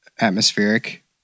atmospheric